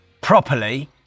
properly